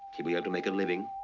he'll be able to make a living,